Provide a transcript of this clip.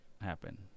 happen